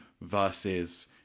versus